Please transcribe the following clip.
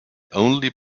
only